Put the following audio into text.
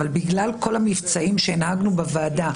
אבל בגלל כל המבצעים שהנהגנו בוועדה,